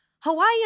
Hawaii